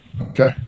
Okay